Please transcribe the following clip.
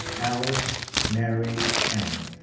alice mary chang.